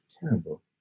terrible